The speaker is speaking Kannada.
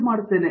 ಪ್ರೊಫೆಸರ್